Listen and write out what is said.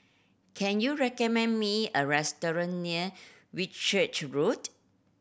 can you recommend me a restaurant near Whitchurch Road